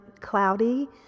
cloudy